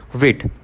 weight